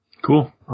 Cool